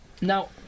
now